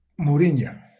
Mourinho